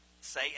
say